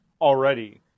already